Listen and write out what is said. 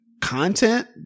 content